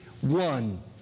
one